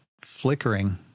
flickering